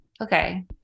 Okay